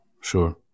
Sure